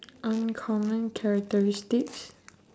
uncommon characteristics